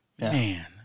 man